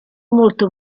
molto